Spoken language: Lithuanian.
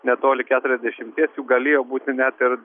netoli keturiasdešimties jų galėjo būti net ir